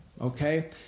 okay